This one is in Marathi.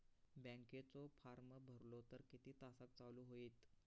बँकेचो फार्म भरलो तर किती तासाक चालू होईत?